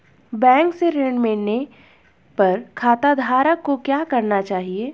Bank से ऋण मिलने पर खाताधारक को क्या करना चाहिए?